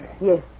Yes